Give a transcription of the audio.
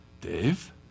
Dave